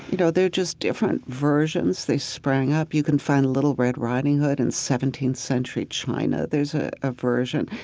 you know, they're just different versions. they sprang up. you can find a little red riding hood in seventeenth century china, there's ah a version.